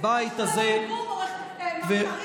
בבית הזה, איך זה קשור לתרגום, מר קריב?